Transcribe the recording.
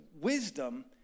wisdom